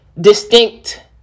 distinct